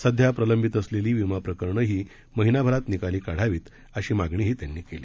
सध्या प्रलंबित असलेली विमा प्रकरणं देखील महिनाभरात निकाली काढावीत अशी मागणीही त्यांनी केली